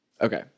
okay